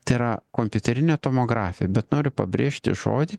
tai yra kompiuterinė tomografija bet noriu pabrėžti žodį